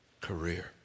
career